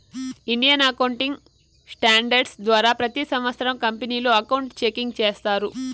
Indian accounting standards ద్వారా ప్రతి సంవత్సరం కంపెనీలు అకౌంట్ చెకింగ్ చేస్తాయి